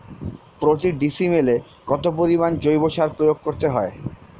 প্রতি ডিসিমেলে কত পরিমাণ জৈব সার প্রয়োগ করতে হয়?